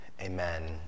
Amen